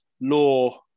Law